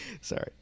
Sorry